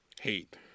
hate